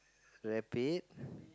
rapid